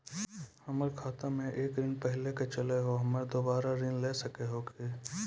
हमर खाता मे एक ऋण पहले के चले हाव हम्मे दोबारा ऋण ले सके हाव हे?